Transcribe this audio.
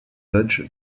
lodge